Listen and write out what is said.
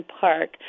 Park